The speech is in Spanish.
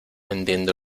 entiendo